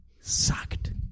sucked